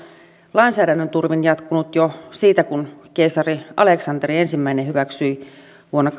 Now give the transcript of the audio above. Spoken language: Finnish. lainsäädännön turvin jatkunut jo siitä kun keisari aleksanteri yksi hyväksyi vuonna